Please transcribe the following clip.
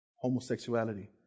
homosexuality